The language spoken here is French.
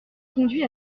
conduit